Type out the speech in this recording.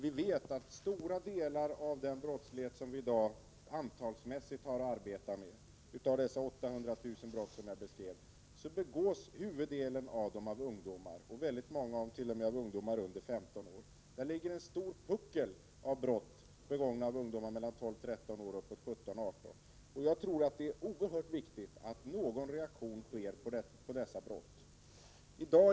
Vi vet att huvuddelen av den brottslighet som vi i dag har att arbeta med — som jag beskrev begås det 800 000 brott — begås av ungdomar, väldigt många t.o.m. av ungdomar under 15 år. På brottskurvan är det en stor puckel av brott som begås av ungdomar mellan 12-13 år och 17-18 år. Jag tror att det är oerhört viktigt att det kommer en reaktion på dessa brott.